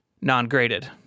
non-graded